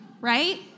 Right